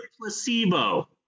placebo